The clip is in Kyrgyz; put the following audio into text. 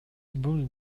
бул